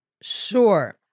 Sure